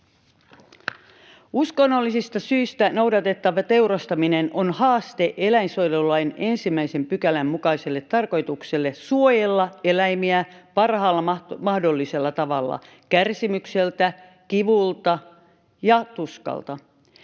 Uskonnollisista syistä noudatettava teurastaminen on haaste eläinsuojelulain 1 §:n mukaiselle tarkoitukselle suojella eläimiä parhaalla mahdollisella tavalla kärsimykseltä, kivulta ja tuskalta.